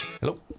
Hello